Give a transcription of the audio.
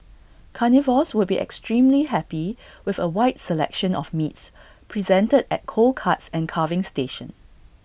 carnivores would be extremely happy with A wide selection of meats presented at cold cuts and carving station